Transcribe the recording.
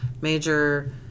major